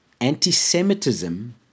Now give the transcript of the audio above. Anti-semitism